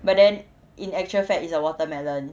but then in actual fact it's a watermelon